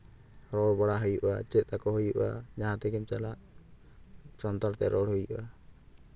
ᱨᱚᱲ ᱵᱟᱲᱟ ᱦᱩᱭᱩᱜᱼᱟ ᱪᱮᱫ ᱛᱟᱠᱚ ᱦᱩᱭᱩᱜᱼᱟ ᱡᱟᱦᱟᱸ ᱛᱮᱜᱮᱢ ᱪᱟᱞᱟᱜ ᱥᱟᱱᱛᱟᱲ ᱛᱮ ᱨᱚᱲ ᱦᱩᱭᱩᱜᱼᱟ